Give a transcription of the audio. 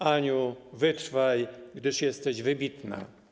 Aniu, wytrwaj, gdyż jesteś wybitna.